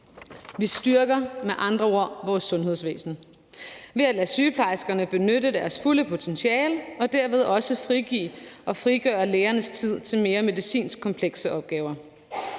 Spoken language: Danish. Vi styrker med andre ord vores sundhedsvæsen ved at lade sygeplejerskerne benytte deres fulde potentiale og derved også frigive og frigøre lægernes tid til mere medicinsk komplekse opgaver.